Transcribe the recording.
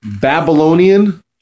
Babylonian